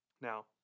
Now